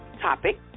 topic